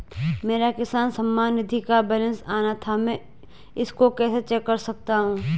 मेरा किसान सम्मान निधि का बैलेंस आना था मैं इसको कैसे चेक कर सकता हूँ?